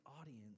audience